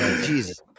Jesus